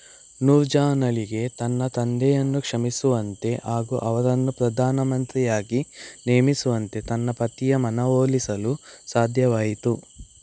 ನೂರ್ ಜಹಾನಳಿಗೆ ತನ್ನ ತಂದೆಯನ್ನು ಕ್ಷಮಿಸುವಂತೆ ಆಗೂ ಅವರನ್ನು ಪ್ರಧಾನ ಮಂತ್ರಿಯಾಗಿ ನೇಮಿಸುವಂತೆ ತನ್ನ ಪತಿಯ ಮನವೊಲಿಸಲು ಸಾಧ್ಯವಾಯಿತು